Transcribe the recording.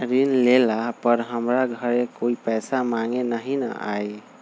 ऋण लेला पर हमरा घरे कोई पैसा मांगे नहीं न आई?